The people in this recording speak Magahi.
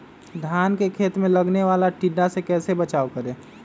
धान के खेत मे लगने वाले टिड्डा से कैसे बचाओ करें?